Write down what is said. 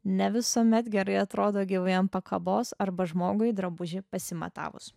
ne visuomet gerai atrodo gyvai ant pakabos arba žmogui drabužį pasimatavus